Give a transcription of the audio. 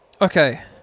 Okay